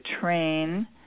train